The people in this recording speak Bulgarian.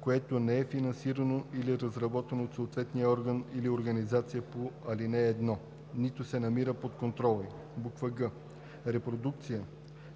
което не е финансирано или разработено от съответния орган или организация по ал. 1, нито се намира под контрола ѝ; г) репродукция